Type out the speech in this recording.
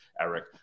Eric